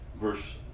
verse